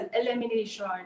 elimination